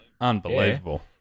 Unbelievable